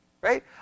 Right